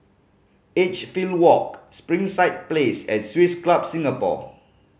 Edgefield Walk Springside Place and Swiss Club Singapore